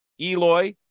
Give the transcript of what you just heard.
Eloy